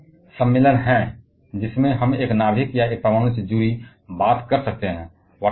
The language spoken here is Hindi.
अब कई सम्मेलन हैं जिनके द्वारा हम एक नाभिक या एक परमाणु का प्रतिनिधित्व कर सकते हैं